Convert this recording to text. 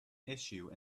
issue